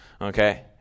Okay